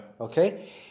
okay